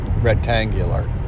rectangular